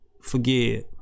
forgive